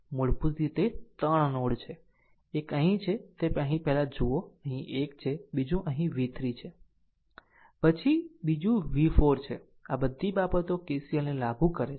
મૂળભૂત રીતે 3 નોડ છે એક અહીં છે તે પહેલાં અહીં જુઓ અહીં એક છે અને બીજું અહીં v3 છે બીજું v4 છે આ બધી બાબતો KCLને લાગુ કરે છે